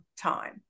time